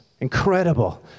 Incredible